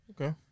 Okay